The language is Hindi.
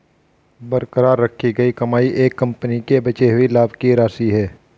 बरकरार रखी गई कमाई एक कंपनी के बचे हुए लाभ की राशि है